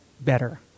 better